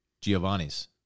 Giovanni's